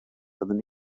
byddwn